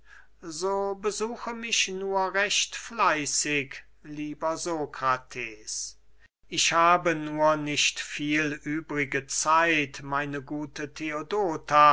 so besuche mich nur recht fleißig lieber sokrates ich habe nur nicht viel übrige zeit meine gute theodota